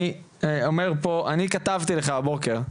אני אומר פה שאני כתבתי לך הבוקר,